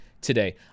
today